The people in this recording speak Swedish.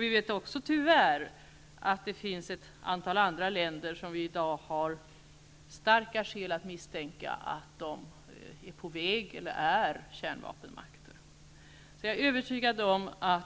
Vi vet också att vi tyvärr när det gäller ett antal andra länder i dag har starka skäl att misstänka att de är på väg att bli -- eller är -- kärnvapenmakter. Jag är alltså övertygad om att